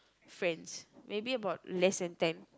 friends maybe about less than ten